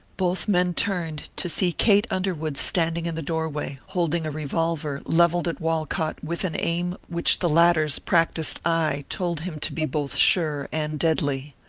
both men turned, to see kate underwood standing in the doorway, holding a revolver levelled at walcott with an aim which the latter's practised eye told him to be both sure and deadly.